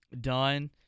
done